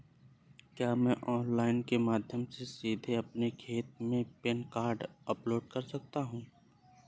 क्या मैं ऑनलाइन के माध्यम से सीधे अपने खाते में पैन कार्ड अपलोड कर सकता हूँ?